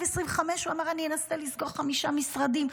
2025 הוא אמר: אני אנסה לסגור חמישה משרדים.